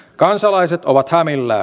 kansalaiset ovat hämillään